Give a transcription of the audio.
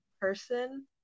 person